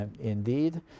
indeed